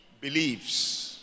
believes